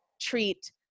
treat